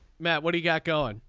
matt what do you got going.